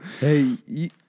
hey